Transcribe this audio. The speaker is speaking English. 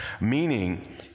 meaning